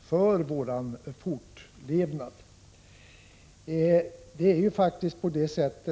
för vår fortlevnad.